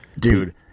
dude